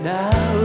now